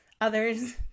others